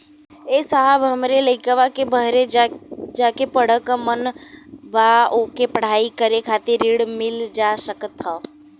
ए साहब हमरे लईकवा के बहरे जाके पढ़े क मन बा ओके पढ़ाई करे खातिर ऋण मिल जा सकत ह?